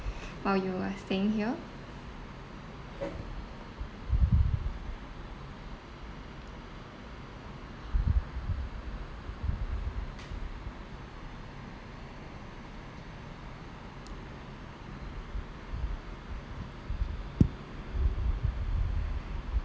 while you were staying here